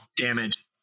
Damage